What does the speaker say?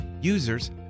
Users